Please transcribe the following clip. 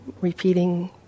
repeating